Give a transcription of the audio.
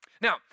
Now